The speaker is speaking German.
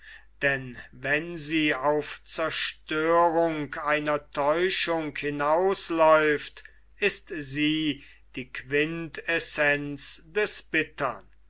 denn wenn sie auf zerstörung einer täuschung hinausläuft ist sie die quintessenz des bittern